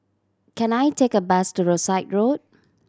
can I take a bus to Rosyth Road